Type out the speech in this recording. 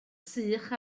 sych